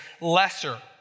lesser